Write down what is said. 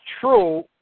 true